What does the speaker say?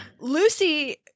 lucy